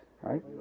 right